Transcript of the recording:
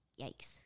Yikes